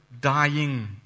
dying